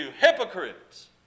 hypocrites